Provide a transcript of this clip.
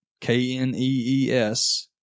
K-N-E-E-S